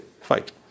fight